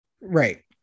Right